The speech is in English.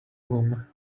room